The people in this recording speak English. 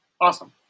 Awesome